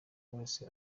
wese